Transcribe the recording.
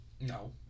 No